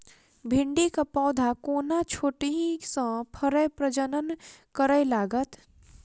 भिंडीक पौधा कोना छोटहि सँ फरय प्रजनन करै लागत?